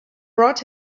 brought